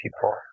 people